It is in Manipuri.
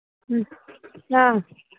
ꯎꯝ ꯑꯥ